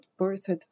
birthed